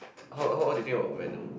how how what do you think about venom